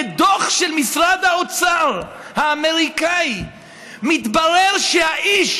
בדוח של משרד האוצר האמריקני מתברר שהאיש